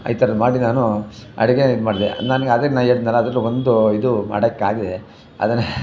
ಈ ಥರ ಮಾಡಿ ನಾನು ಅಡುಗೇನ ಇದ್ಮಾಡ್ದೆ ನನಗೆ ಅದೇ ನಾನು ಹೇಳಿದ್ನಲ್ಲ ಅದ್ರಲ್ಲಿ ಒಂದು ಇದು ಮಾಡಕ್ಕಾಗ್ದೆ ಅದನ್ನು